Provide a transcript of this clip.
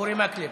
אורי מקלב.